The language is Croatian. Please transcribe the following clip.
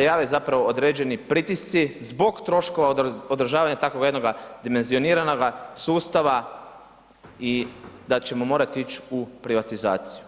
jave zapravo određeni pritisci zbog troškova održavanja takvog jednog dimenzioniranoga sustava i da ćemo morati ić u privatizaciju.